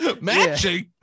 Matching